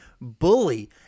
bully